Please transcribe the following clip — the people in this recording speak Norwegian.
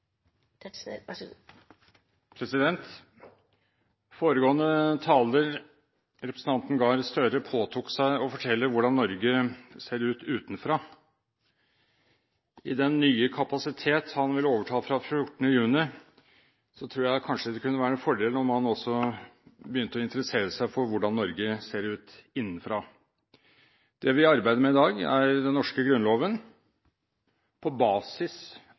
representanten Gahr Støre, påtok seg å fortelle hvordan Norge ser ut utenfra. I den nye kapasitet han vil overta fra 14. juni, tror jeg kanskje det kunne være en fordel om han også begynte å interessere seg for hvordan Norge ser ut innenfra. Det vi arbeider med i dag, er den norske Grunnloven på basis